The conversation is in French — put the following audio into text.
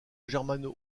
germano